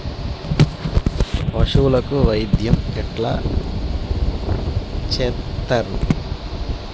పశువులకు వైద్యం ఎట్లా చేత్తరు?